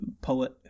poet